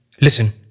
Listen